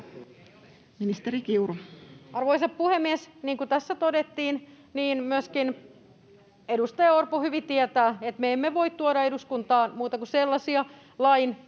Arvoisa puhemies! Niin kuin tässä todettiin — ja myöskin edustaja Orpo hyvin tietää — me emme voi tuoda eduskuntaan muuta kuin sellaisia